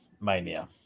mania